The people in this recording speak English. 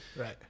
Right